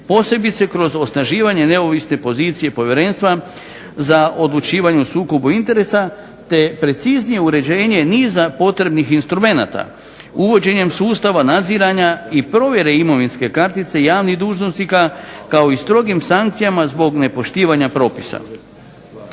Posebice kroz osnaživanje neovisne pozicije Povjerenstva za odlučivanje o sukobu interesa te preciznije uređenje niza potrebnih instrumenata, uvođenjem sustava nadzirana i provjere imovinske kartice javnih dužnosnika, kao i strogim sankcijama zbog nepoštivanja propisa.